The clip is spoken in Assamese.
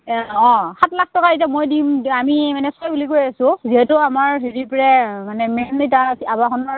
অঁ সাত লাখ টকা এতিয়া মই দিম আমি মানে ছয় বুলি কৈ আছোঁ যিহেতু আমাৰ হেৰি